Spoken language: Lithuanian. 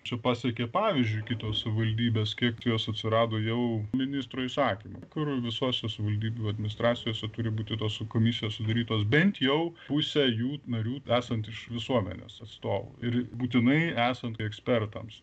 čia pasekė pavyzdžiu kitos savivaldybės kiek jos atsirado jau ministro įsakymu kur visose savivaldybių administracijose turi būti tos komisijos sudarytos bent jau pusę jų narių esant iš visuomenės atstovų ir būtinai esant ekspertams